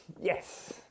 Yes